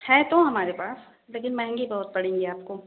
हैं तो हमारे पास लेकिन महंगी बहुत पड़ेंगी आपको